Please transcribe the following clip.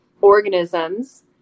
organisms